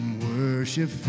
worship